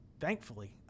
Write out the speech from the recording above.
thankfully